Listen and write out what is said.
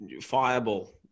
fireball